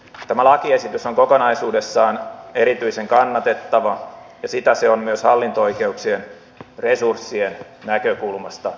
tämä lakiesitys on kokonaisuudessaan erityisen kannatettava ja sitä se on myös hallinto oikeuksien resurssien näkökulmasta